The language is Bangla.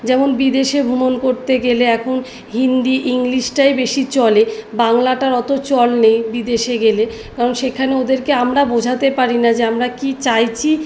যেমন বিদেশে ভ্ৰমণ করতে গেলে এখন হিন্দি ইংলিশটাই বেশি চলে বাংলাটার অত চল নেই বিদেশে গেলে কারণ সেখানে ওদেরকে আমরা বোঝাতে পারি না যে আমরা কি চাইছি